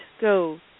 go